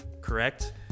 correct